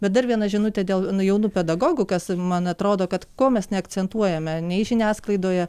bet dar viena žinutė dėl jaunų pedagogų kas man atrodo kad ko mes neakcentuojame nei žiniasklaidoje